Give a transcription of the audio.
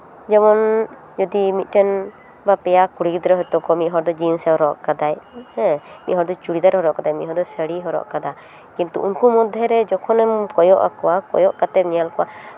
ᱡᱮᱢᱚᱱ ᱡᱩᱫᱤ ᱢᱤᱫᱴᱮᱱ ᱵᱟ ᱯᱮᱭᱟ ᱠᱩᱲᱤ ᱜᱤᱫᱽᱨᱟᱹ ᱦᱳᱭᱛᱳ ᱠᱚ ᱢᱤᱫ ᱦᱚᱲ ᱫᱚ ᱡᱤᱱᱥ ᱮ ᱦᱚᱨᱚᱜ ᱠᱟᱫᱟᱭ ᱦᱮᱸ ᱢᱤᱫᱦᱚᱲ ᱫᱚ ᱪᱩᱲᱤᱫᱟᱨ ᱦᱚᱨᱚᱜ ᱠᱟᱫᱟᱭ ᱢᱤᱫ ᱦᱚᱲ ᱫᱚ ᱥᱟᱹᱲᱤ ᱦᱚᱨᱚᱜ ᱠᱟᱫᱟ ᱠᱤᱱᱛᱩ ᱩᱱᱠᱩ ᱢᱚᱫᱽᱫᱷᱮᱨᱮ ᱡᱚᱠᱷᱚᱱᱮᱢ ᱠᱚᱭᱚᱜ ᱟᱠᱚᱣᱟ ᱠᱚᱭᱚᱜ ᱠᱟᱛᱮᱢ ᱧᱮᱞ ᱠᱚᱣᱟ